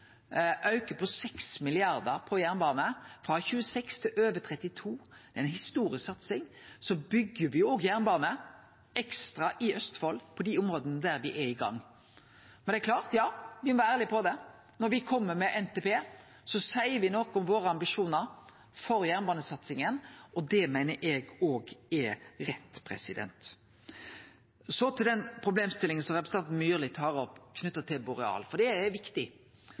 auke på 6 mrd. kr på jernbane – frå 26 mrd. kr til over 32 mrd. kr – ei historisk satsing. Me byggjer òg jernbane – ekstra i Østfold på dei områda der me er i gang. Men det er klart me må vere ærlege om at når me kjem med NTP, seier me noko om ambisjonane våre for jernbanesatsinga, og det meiner eg òg er rett. Så til problemstillinga som representanten Myrli tok opp knytt til Boreal. Det er viktig